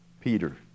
Peter